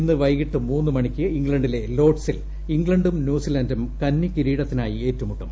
ഇന്ന് വൈകിട്ട് മൂന്നുമണിക്ക് ഇംഗ്ലണ്ടിലെ ലോർഡ്സിൽ ഇംഗ്ലണ്ടും ന്യൂസിലാന്റും കന്നിക്കിരീടത്തിനായി ഏറ്റുമുട്ടും